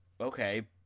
Okay